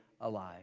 alive